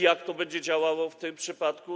Jak to będzie działało w tym przypadku?